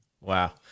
wow